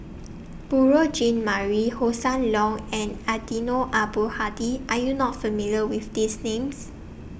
Beurel Jean Marie Hossan Leong and Eddino Abdul Hadi Are YOU not familiar with These Names